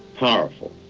powerful.